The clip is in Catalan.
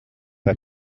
per